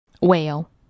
Whale